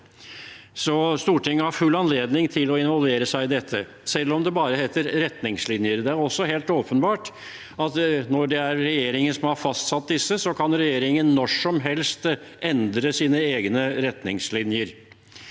Stortinget har full anledning til å involvere seg i dette, selv om det bare heter retningslinjer. Det er også helt åpenbart at når det er regjeringen som har fastsatt disse, kan regjeringen når som helst endre sine egne retningslinjer.